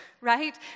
right